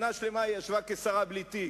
שנה שלמה היא ישבה כשרה בלי תיק.